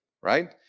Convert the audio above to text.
right